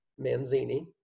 Manzini